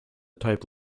type